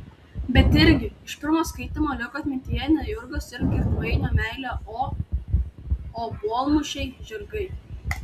bet irgi iš pirmo skaitymo liko atmintyje ne jurgos ir girdvainio meilė o obuolmušiai žirgai